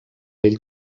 vell